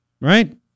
Right